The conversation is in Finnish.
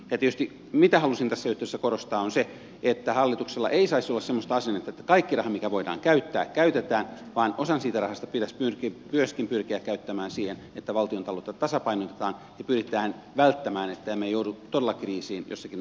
se mitä tietysti haluaisin tässä yhteydessä korostaa on se että hallituksella ei saisi olla semmoista asennetta että kaikki raha mikä voidaan käyttää käytetään vaan osa siitä rahasta pitäisi myöskin pyrkiä käyttämään siihen että valtiontaloutta tasapainotetaan ja pyritään välttämään sitä että joudumme todella kriisiin jossakin lähitulevaisuudessa